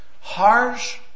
harsh